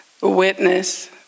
witness